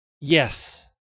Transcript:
Yes